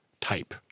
type